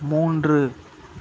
மூன்று